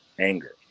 anger